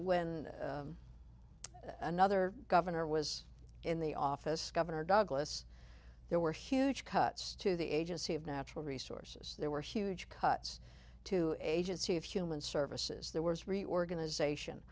when another governor was in the office governor douglas there were huge cuts to the agency of natural resources there were huge cuts to agency of human services there was reorganization